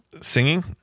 Singing